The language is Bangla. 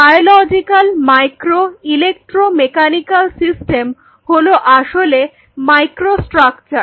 biological micro electro mechanical system হলো আসলে মাইক্রো স্ট্রাকচার